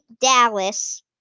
Dallas